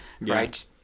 Right